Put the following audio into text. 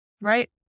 right